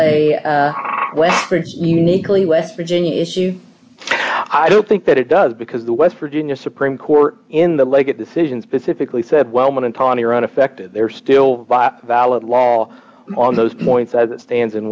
a uniquely west virginia issue i don't think that it does because the west virginia supreme court in the leggett decision specifically said well monotonic are unaffected they're still valid law on those points as it stands in